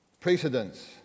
Precedence